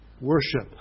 worship